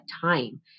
time